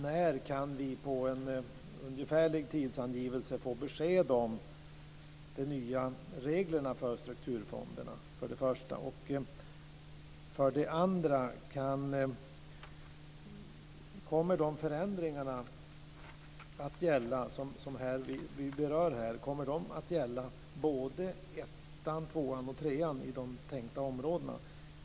För det första: När ungefär kan vi få besked om de nya reglerna för strukturfonderna? För det andra: Kommer de förändringar som berörs här att gälla 1, 2 och 3 i de tänkta områdena?